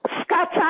Scatter